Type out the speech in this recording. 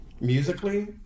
Musically